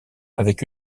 avec